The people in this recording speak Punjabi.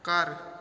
ਘਰ